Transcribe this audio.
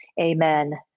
amen